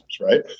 Right